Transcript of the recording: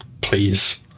Please